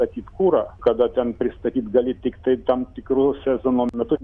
statyt kurą kada ten pristatyt gali tiktai tam tikru sezono metu